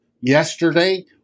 yesterday